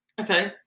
Okay